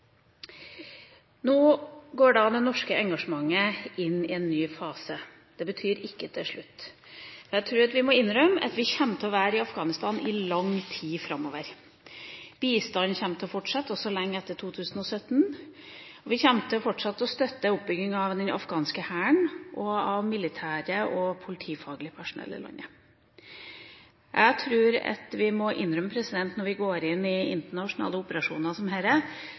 nå. Nå går det norske engasjementet inn i en ny fase. Det betyr ikke at det er slutt. Jeg tror at vi må innrømme at vi kommer til å være i Afghanistan i lang tid framover. Bistanden kommer til å fortsette også lenge etter 2017, og vi kommer fortsatt til å støtte oppbygginga av den afghanske hæren, av militæret og av politifaglig personell i landet. Jeg tror at vi må innse at når vi går inn i internasjonale operasjoner som